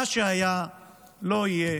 מה שהיה לא יהיה.